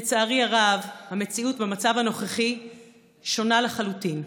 לצערי הרב, המציאות במצב הנוכחי שונה לחלוטין,